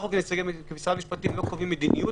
אנחנו כמשרד המשפטים לא קובעים מדיניות.